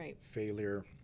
failure